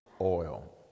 oil